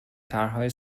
طرحهای